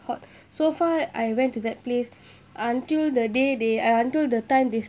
hot so far I went to that place until the day they uh until the time they